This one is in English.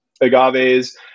agaves